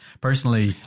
personally